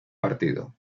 partido